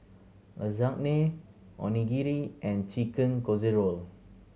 Lasagne Onigiri and Chicken Casserole